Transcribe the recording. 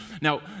Now